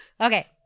Okay